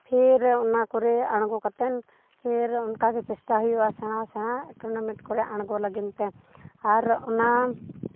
ᱯᱷᱤᱨ ᱚᱱᱟ ᱠᱚᱨᱮ ᱟᱬᱜᱚ ᱠᱟᱛᱮᱱ ᱯᱷᱤᱨ ᱚᱱᱠᱟ ᱜᱮ ᱪᱮᱥᱴᱟ ᱦᱩᱭᱩᱜᱼᱟ ᱥᱮᱬᱟ ᱥᱮᱬᱟ ᱴᱩᱨᱱᱟᱢᱮᱱᱴ ᱠᱚᱨᱮ ᱟᱬᱜᱚ ᱞᱟᱹᱜᱤᱫ ᱛᱮ ᱟᱨ ᱚᱱᱟ